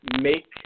make